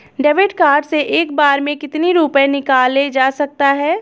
David card से एक बार में कितनी रूपए निकाले जा सकता है?